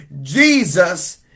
Jesus